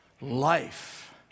life